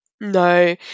No